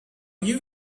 you